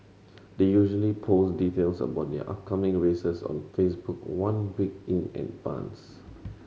they usually post details about their upcoming races on Facebook one week in advance